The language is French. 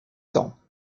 temps